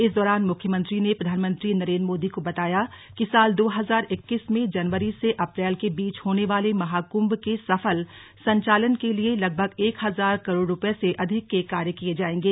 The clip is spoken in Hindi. इस दौरान मुख्यमंत्री ने प्रधानमंत्री नरेन्द्र मोदी को बताया कि साल दो हजार इक्कीस में जनवरी से अप्रैल के बीच होने वाले महाकृम्भ के सफल संचालन के लिए लगभग एक हजार करोड़ रूपए से अधिक के कार्य किये जायेंगे